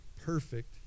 perfect